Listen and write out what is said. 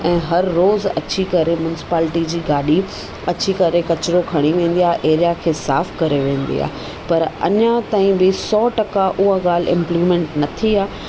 ऐं हर रोज़ु अची करे मुनिस्पाल्टी जी गाॾी अची करे कचिरो खणी वेंदी आहे एरिआ खे साफ़ु करे वेंदी आहे पर अञा ताईं बि सौ टका उहा ॻाल्हि इंप्लीमेंट न थी आहे